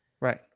right